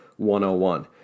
101